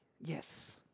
Yes